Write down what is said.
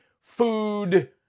food